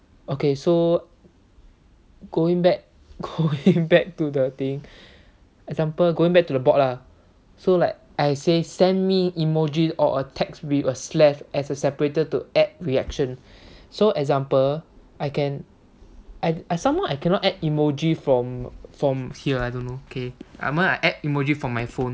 okay so going back going back to the thing example going back to the bot lah so like I say send me emojis or a text with a slash as a separator to add reaction so example I can I I somewhat I cannot add emojis from from here I don't know never mind I add emojis from my phone